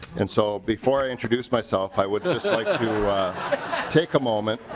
and so before i introduce myself i would just like to take a moment